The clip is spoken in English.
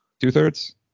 Two-thirds